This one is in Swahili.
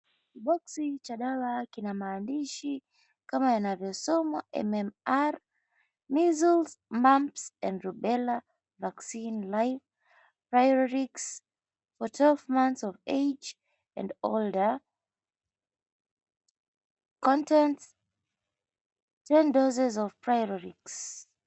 Boxi cha dawa kina maandishi kama yanavyosomwa, MMR, Measles, Mumps and Rubella Vaccine Live, Priorix. For 12 months of age and older. Contents, 10 Doses of Priorix.